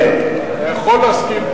אתה יכול להסכים,